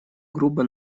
грубо